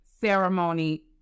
ceremony